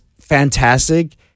fantastic